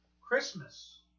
Christmas